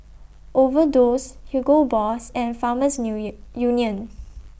Overdose Hugo Boss and Farmers Union